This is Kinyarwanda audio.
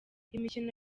imikino